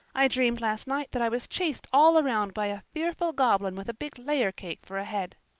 i dreamed last night that i was chased all around by a fearful goblin with a big layer cake for a head.